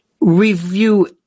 review